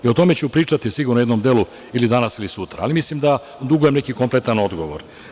O tome ću pričati sigurno u jednom delu, ili danas ili sutra, ali mislim da dugujem neki kompletan odgovor.